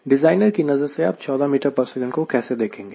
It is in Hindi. डिज़ाइनर की नजर से आप 14 ms को कैसे देखेंगे